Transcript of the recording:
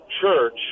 church